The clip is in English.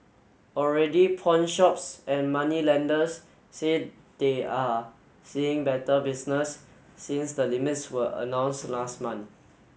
already pawnshops and moneylenders say they are seeing better business since the limits were announce last month